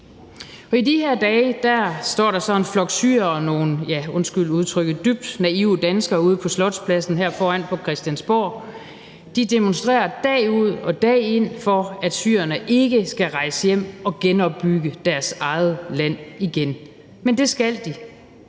I de her dage står der så en flok syrere og nogle – ja, undskyld udtrykket – dybt naive danskere ude på Slotspladsen her foran Christiansborg, de demonstrerer dag ud og dag ind for, at syrerne ikke skal rejse hjem og genopbygge deres eget land igen, men det skal de.